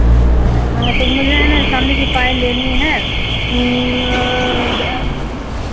हँ तो मुझे है ना चांदी की पायल लेनी है द